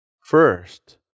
first